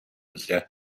билээ